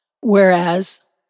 Whereas